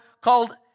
called